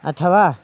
अथवा